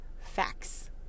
facts